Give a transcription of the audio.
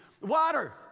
Water